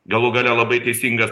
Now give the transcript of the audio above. galų gale labai teisingas